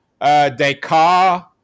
Descartes